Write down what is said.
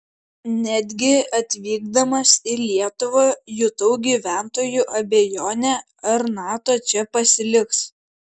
netgi atvykdamas į lietuvą jutau gyventojų abejonę ar nato čia pasiliks